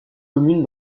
commune